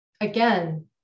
Again